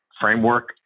framework